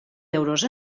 euros